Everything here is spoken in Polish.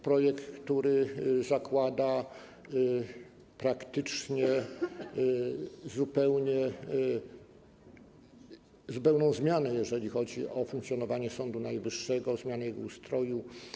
Projekt, który zakłada praktycznie zupełną zmianę, jeżeli chodzi o funkcjonowanie Sądu Najwyższego, o zmianę jego ustroju.